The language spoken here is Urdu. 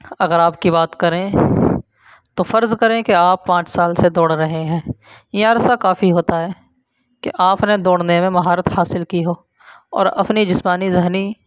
اگر آپ کی بات کریں تو فرض کریں کہ آپ پانچ سال سے دوڑ رہے ہیں یہ عرصہ کافی ہوتا ہے کہ آپ نے دوڑنے میں مہارت حاصل کی ہو اور اپنی جسمانی ذہنی